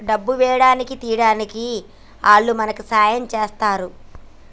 డబ్బు వేయడానికి తీయడానికి ఆల్లు మనకి సాయం చేస్తరు